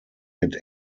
mid